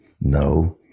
No